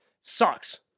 Sucks